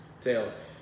Tails